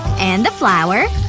and the flour